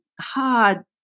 hard